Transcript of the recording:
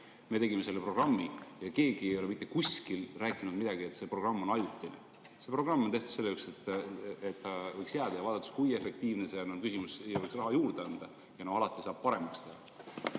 Me tegime selle programmi ja keegi ei ole mitte kusagil rääkinud, et see programm on ajutine. See programm on tehtud selleks, et ta võiks jääda. Ja vaadates, kui efektiivne see on, siis on küsimus, et võiks raha juurde anda. Ja alati saab paremaks teha.